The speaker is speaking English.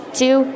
two